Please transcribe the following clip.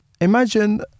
imagine